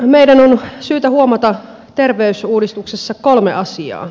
meidän on syytä huomata terveysuudistuksessa kolme asiaa